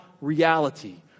reality